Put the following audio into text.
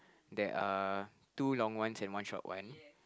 there are two long ones and one short one